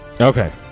Okay